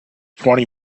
twenty